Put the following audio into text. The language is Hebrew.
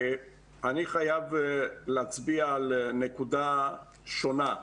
אני חייב להצביע על נקודה שונה.